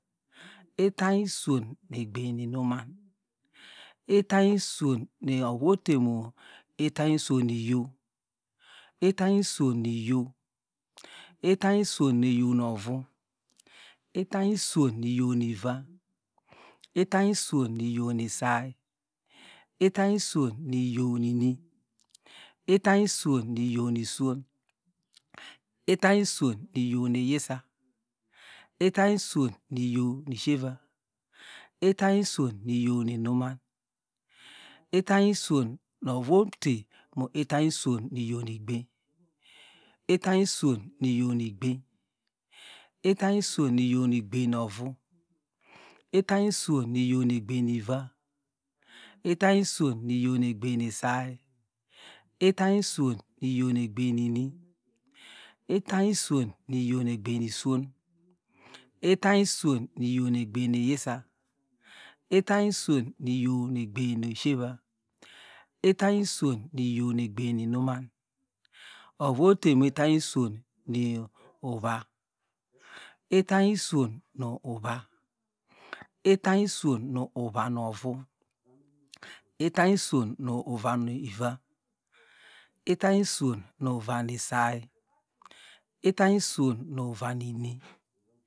Itany iswon nu egbein nu inuman itany iswon ni ovu ote mu itany iswon nu iyow itany iswon nu iyow itany iswon nu egbein novu itany iswon nu iyow nu iva itany iswon nu iyow nu isay itany iswon nu iyow nu ini itany iswon nu iyow nu iswon itany uswon nu iyow nu iyisa itany iswon nu iyow nu ishieva itany iswon nu iyow nu inuman itany iswon nu ovu ote mu ovu ote mu itany iswon iyow nu igbein itany iswon nu iyaw nuigben itany iswon nu iyow nu egbein novu itany iswon nu iyow nu egbein nu iva itany iswon nu iyow nu egbein nu isay itany iswon nu iyow nu egbein nu iswon itany iswon nu iyow nu egbein nu iyisa itany iswon nu egbein nu ishieva itany iswon nu iyow negbein nu inuman ovu ote mu itany iswon nu uva itany uswon nu uva itany iswon nu uva novu itany iswon nu uva niva itany iswon nu ina ni isay itany iswon nu uva ni ini